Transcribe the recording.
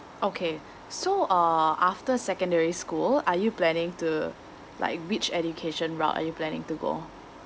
okay so uh after secondary school are you planning to like which education route are you planning to go